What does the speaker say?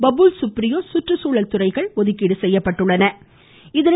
பபுல் சுப்ரியோ சுற்றுச்சூழல் துறையும் ஒதுக்கீடு செய்யப்பட்டுள்ளது